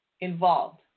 involved